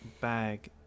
bag